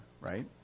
right